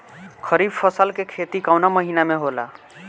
खरीफ फसल के खेती कवना महीना में होला?